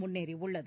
முன்னேறியுள்ளது